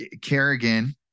Kerrigan